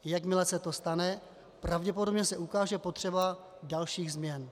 Jakmile se to stane, pravděpodobně se ukáže potřeba dalších změn.